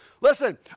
Listen